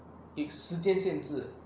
有时间限制